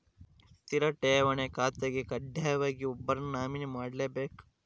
ಸ್ಥಿರ ಠೇವಣಿ ಖಾತೆಗೆ ಕಡ್ಡಾಯವಾಗಿ ಒಬ್ಬರನ್ನು ನಾಮಿನಿ ಮಾಡ್ಲೆಬೇಕ್